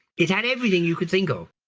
it had everything you could think of.